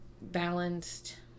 balanced